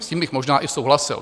S tím bych možná i souhlasil.